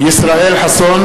אינו נוכח אחמד